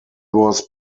was